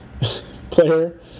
player